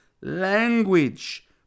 language